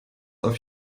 auf